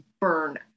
burn